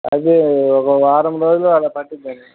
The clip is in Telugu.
అది ఒక వారం రోజులు అలా పడుతుందండి